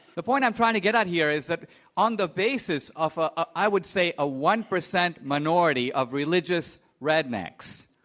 the point i'm trying to get at here is that on the basis of, ah i would say, a one percent minority of religious rednecks,